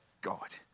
God